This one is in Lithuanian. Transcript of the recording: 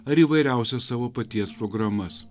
ar įvairiausias savo paties programas